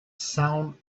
sound